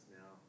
now